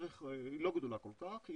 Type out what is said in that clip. הוא לא גדול כל כך,